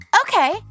Okay